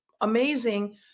amazing